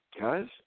guys